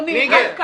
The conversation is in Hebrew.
אדוני, עד כאן.